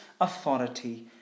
authority